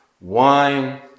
wine